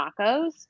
tacos